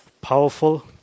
powerful